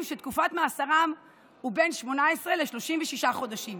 שתקופת מאסרם היא בין 18 ל-36 חודשים.